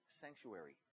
sanctuary